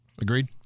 Agreed